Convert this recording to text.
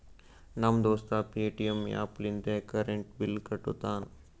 ನಮ್ ದೋಸ್ತ Paytm app ಲಿಂತೆ ಕರೆಂಟ್ ಬಿಲ್ ಕಟ್ಟತಾನ್